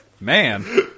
Man